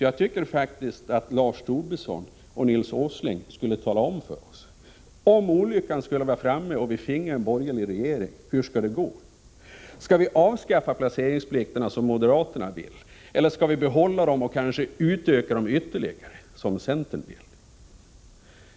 Jag tycker faktiskt att Lars Tobisson och Nils Åsling skulle tala om för oss — om olyckan skulle vara framme och vi finge en borgerlig regering — hur det kommer att gå. Kommer man att avskaffa placeringsplikten, som moderaterna vill, eller kommer man att behålla och kanske utöka den ytterligare, som centern vill?